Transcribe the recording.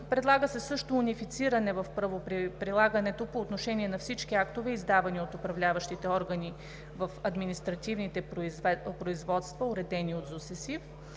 Предлага се също унифициране в правоприлагането по отношение на всички актове, издавани от управляващите органи в административните производства, уредени от Закона